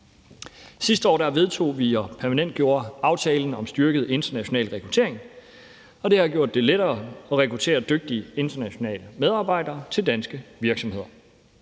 Sidste år vedtog vi og permanentgjorde aftalen om styrket international rekruttering, og det har gjort det lettere at rekruttere dygtige internationale medarbejdere til danske virksomheder.